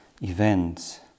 events